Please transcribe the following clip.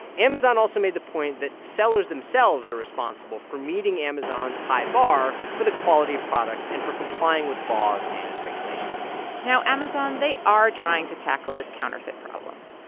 amazon also made the point that sellers themselves are responsible for meeting amazon's high bar for the quality of products and for complying with laws and regulations now, amazon, they are trying to tackle this counterfeit problem.